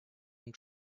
and